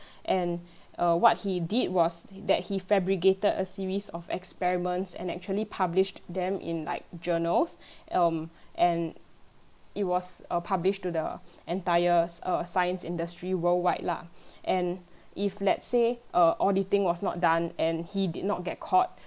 and err what he did was that he fabricated a series of experiments and actually published them in like journals um and it was a published to the entire err science industry world wide lah and if let's say err auditing was not done and he did not get caught